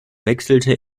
wechselte